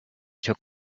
took